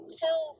two